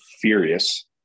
furious